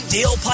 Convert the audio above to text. Deal